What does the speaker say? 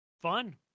Fun